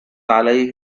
عليه